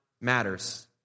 matters